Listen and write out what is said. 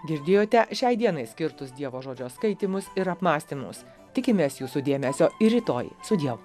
girdėjote šiai dienai skirtus dievo žodžio skaitymus ir apmąstymus tikimės jūsų dėmesio ir rytoj sudiev